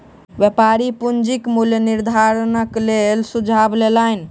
व्यापारी पूंजीक मूल्य निर्धारणक लेल सुझाव लेलैन